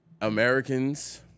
Americans